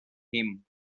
him